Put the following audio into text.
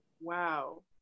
Wow